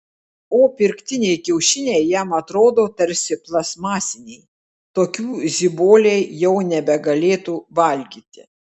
o pirktiniai kiaušiniai jam atrodo tarsi plastmasiniai tokių ziboliai jau nebegalėtų valgyti